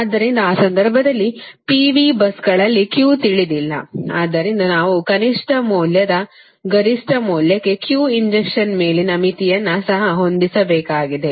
ಆದ್ದರಿಂದ ಆ ಸಂದರ್ಭದಲ್ಲಿ P V ಬಸ್ಗಳಲ್ಲಿ Q ತಿಳಿದಿಲ್ಲ ಆದ್ದರಿಂದ ನಾವು ಕನಿಷ್ಟ ಮೌಲ್ಯದ ಗರಿಷ್ಠ ಮೌಲ್ಯಕ್ಕೆ Q ಇಂಜೆಕ್ಷನ್ ಮೇಲಿನ ಮಿತಿಯನ್ನು ಸಹ ಹೊಂದಿಸಬೇಕಾಗಿದೆ